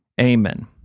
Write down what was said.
Amen